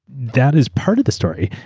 that is part of the story.